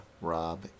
Rob